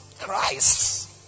Christ